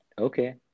Okay